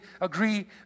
agree